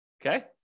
Okay